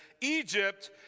Egypt